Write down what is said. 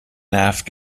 nervt